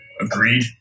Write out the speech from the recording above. Agreed